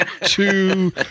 two